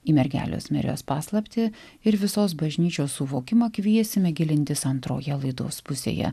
į mergelės marijos paslaptį ir visos bažnyčios suvokimą kviesime gilintis antroje laidos pusėje